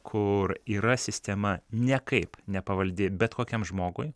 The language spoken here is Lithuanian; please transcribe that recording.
kur yra sistema niekaip nepavaldi bet kokiam žmogui